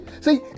See